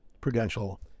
prudential